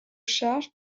charge